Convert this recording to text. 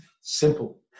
simple